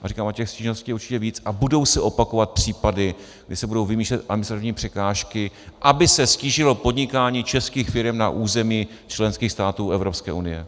A říkám, těch stížností je určitě víc a budou se opakovat případy, kdy se budou vymýšlet administrativní překážky, aby se ztížilo podnikání českých firem na území členských států Evropské unie.